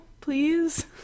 please